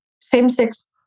same-sex